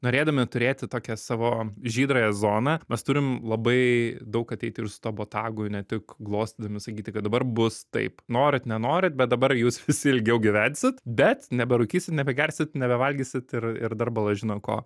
norėdami turėti tokią savo žydrąją zoną mes turim labai daug ateiti ir su tuo botagu ne tik glostydami sakyti kad dabar bus taip norit nenorit bet dabar jūs visi ilgiau gyvensit bet neberūkysit nebegersit nebevalgysit ir ir dar bala žino ko